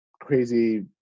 crazy